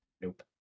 Nope